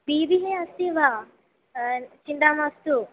भीतिः अस्ति वा चिन्ता मास्तु